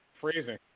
Freezing